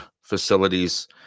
facilities